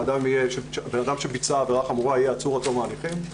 אדם שביצע עבירה חמורה יהיה עצור עד תום ההליכים,